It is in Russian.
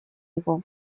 его